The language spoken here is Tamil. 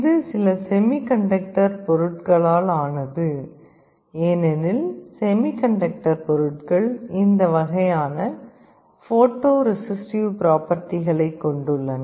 இது சில செமி கண்டக்டர் பொருட்களால் ஆனது ஏனெனில் செமி கண்டக்டர் பொருட்கள் இந்த வகையான போட்டோ ரெசிஸ்டிவ் பிராப்பர்டிக்களைக் கொண்டுள்ளன